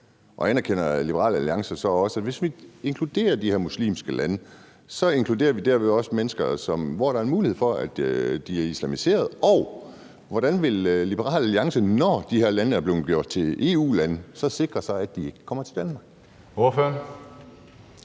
og anerkender Liberal Alliance så også, at hvis vi inkluderer de her muslimske lande, inkluderer vi dermed også mennesker, hvor der er mulighed for, at de er islamiseret? Og hvordan vil Liberal Alliance, når de her lande er blevet gjort til EU-lande, så sikre, at de mennesker ikke kommer til Danmark? Kl.